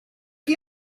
chi